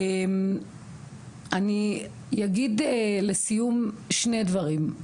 אני אגיד לסיום שני דברים,